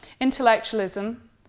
intellectualism